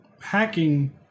hacking